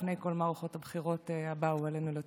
לפני כל מערכות הבחירות שבאו עלינו לטובה,